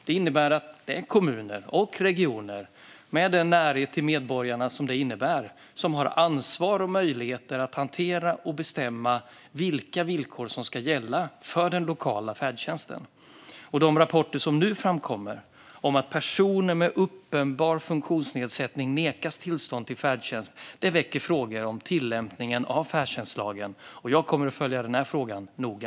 Det innebär att kommuner och regioner, med den närhet till medborgarna som det innebär, har ansvar och möjligheter att hantera och bestämma vilka villkor som ska gälla för den lokala färdtjänsten. De rapporter som nu framkommer om att personer med uppenbar funktionsnedsättning nekas tillstånd till färdtjänst väcker frågor om tillämpningen av färdtjänstlagen. Jag kommer att följa den här frågan noga.